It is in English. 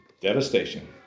Devastation